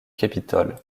capitole